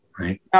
right